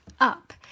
up